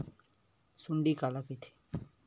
सुंडी काला कइथे?